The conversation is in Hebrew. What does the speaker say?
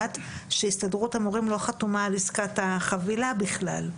שהסתדרות המורים לא חתומה על עסקת החבילה בכלל.